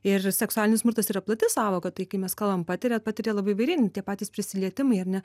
ir seksualinis smurtas yra plati sąvoka tai kai mes kalbam patiria patiria labai įvairiai nu tie patys prisilietimai ar ne